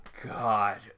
god